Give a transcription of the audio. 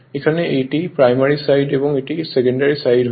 এখানে এটি primary side এবং এটি সেকেন্ডারি সাইড হয়